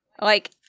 Like-